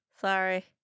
Sorry